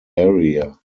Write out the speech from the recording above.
area